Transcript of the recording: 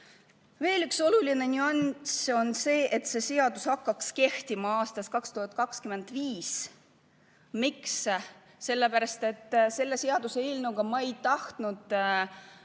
Veel üks oluline nüanss on see, et see seadus hakkaks kehtima aastast 2025. Miks? Sellepärast, et selle seaduseelnõuga ma ei tahtnud